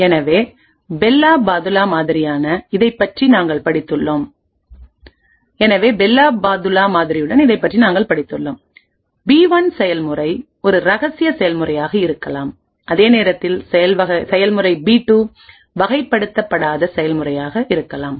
எனவே Bell La Padula மாதிரியுடன் இதைப் பற்றி நாங்கள் படித்துள்ளோம் பி 1 செயல்முறை ஒரு ரகசிய செயல்முறையாக இருக்கலாம் அதே நேரத்தில் செயல்முறை பி 2 வகைப்படுத்தப்படாத செயல்முறையாக இருக்கலாம்